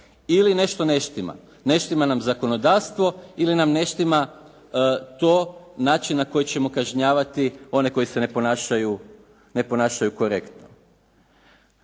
ili nešto ne štima. Ne štima nam zakonodavstvo ili nam ne štima to, način na koji ćemo kažnjavati one koji se ne ponašaju korektno.